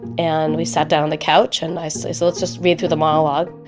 and we sat down on the couch, and i say, so let's just read through the monologue.